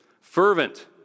Fervent